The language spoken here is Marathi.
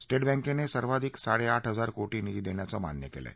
स्टेट बँकेने सर्वाधिक साडे आठ हजार कोटी निधी देण्याचं मान्य केलं आहे